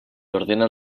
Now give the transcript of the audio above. ordena